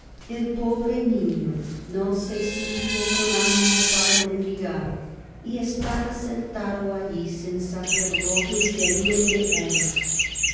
el pobre niño no se sentia con animé para mendigar y estaba sentado alli sin saber lo que seria de él